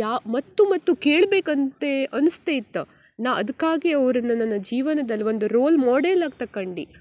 ಯಾ ಮತ್ತೂ ಮತ್ತೂ ಕೇಳ್ಬೇಕು ಅಂತ್ಲೇ ಅನಿಸ್ತಾ ಇತ್ತು ನಾ ಅದಕ್ಕಾಗೆ ಅವರನ್ನ ನನ್ನ ಜೀವನದಲ್ಲಿ ಒಂದು ರೋಲ್ ಮಾಡೆಲ್ ಆಗಿ ತಕಂಡೆ